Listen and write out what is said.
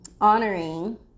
honoring